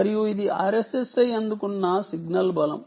మరియు ఇది RSSI అందుకున్న సిగ్నల్ యొక్క బలం